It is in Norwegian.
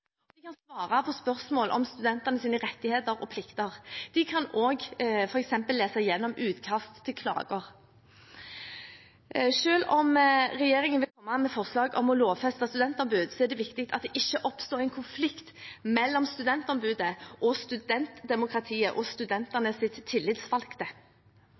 og svare på spørsmål om studenters rettigheter og plikter. De kan også f.eks. lese gjennom utkast til klager. Selv om regjeringen vil komme med forslag om å lovfeste studentombud, er det viktig at det ikke oppstår konflikt mellom studentombudet, studentdemokratiet og studentenes tillitsvalgte.